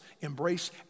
embrace